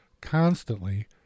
constantly